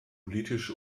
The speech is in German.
politisch